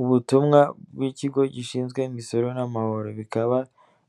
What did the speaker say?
Ubutumwa bw'ikigo gishinzwe imisoro n'amahoro, bikaba